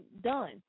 done